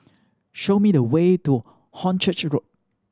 show me the way to Hornchurch Road